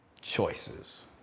Choices